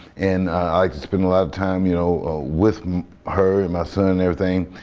and i like to spend a lot of time, you know with her and my son and everything.